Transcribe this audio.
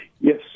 Yes